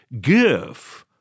Give